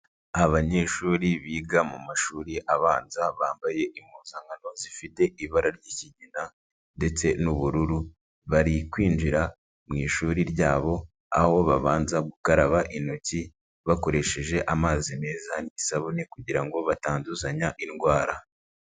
Abanyeshuri biga mu mashuri abanza bambaye impuzankano zifite ibara ry'ikigina ndetse n'ubururu, bari kwinjira mu ishuri ryabo, aho babanza gukaraba intoki bakoresheje amazi meza n'isabune kugira ngo batanduzanya indwara.